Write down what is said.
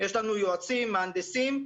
יש לנו יועצים, מהנדסים.